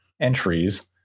entries